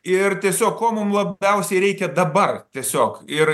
ir tiesiog ko mum labiausiai reikia dabar tiesiog ir